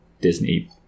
Disney